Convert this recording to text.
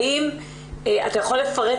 האם אתה יכול לפרט,